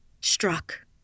Struck